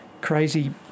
crazy